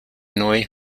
neu